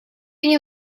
они